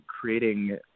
creating